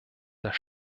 das